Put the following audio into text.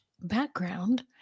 background